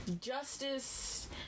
justice